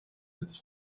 its